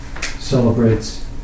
celebrates